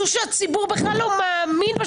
זו שהציבור בכלל לא מאמין בה.